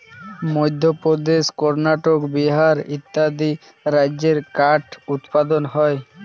মধ্যপ্রদেশ, কর্ণাটক, বিহার ইত্যাদি রাজ্যে কাঠ উৎপাদন হয়